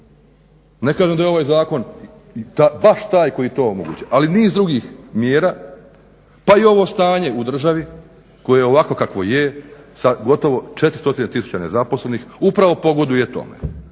Ne kažem da je ovaj zakon baš taj koji to omogućava ali niz drugih mjera pa i ovo stanje u državi koje je ovakvo kakvo je sa gotovo 4000 nezaposlenih upravo pogoduje tome